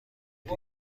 دیر